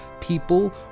people